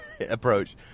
approach